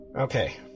Okay